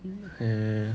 eh